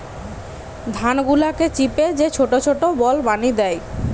ধান গুলাকে চিপে যে ছোট ছোট বল বানি দ্যায়